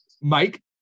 Mike